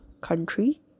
country